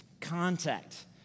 contact